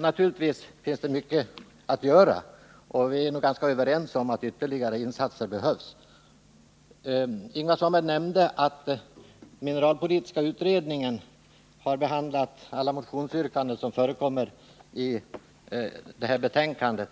Naturligtvis finns det ändå mycket att göra, och vi är överens om att ytterligare insatser behöver sättas in. Ingvar Svanberg nämnde att mineralpolitiska utredningen har behandlat alla motionsyrkandena i näringsutskottets betänkande nr